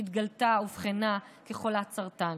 אובחנה כחולת סרטן.